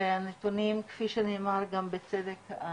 והנתונים כפי שנאמר גם בצדק,